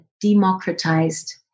democratized